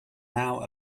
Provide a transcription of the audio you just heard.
now